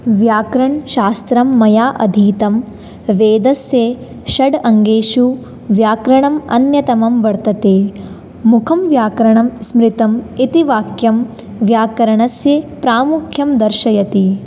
व्याकरणशास्त्रं मया अधीतं वेदस्य षडङ्गेषु व्याकरणम् अन्यतमं वर्तते मुखं व्याकरणं स्मृतम् इति वाक्यं व्याकरणस्य प्रामुख्यं दर्शयति